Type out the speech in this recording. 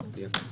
לא?